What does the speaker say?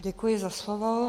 Děkuji za slovo.